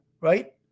right